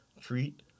treat